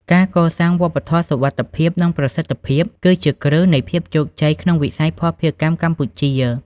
ការកសាង "វប្បធម៌សុវត្ថិភាព និងប្រសិទ្ធភាព" គឺជាគ្រឹះនៃភាពជោគជ័យក្នុងវិស័យភស្តុភារកម្មកម្ពុជា។